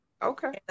Okay